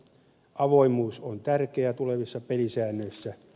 avoimuus on tärkeää tulevissa pelisäännöissä